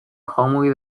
calmly